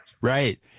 Right